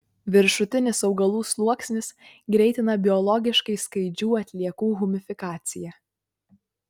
viršutinis augalų sluoksnis greitina biologiškai skaidžių atliekų humifikaciją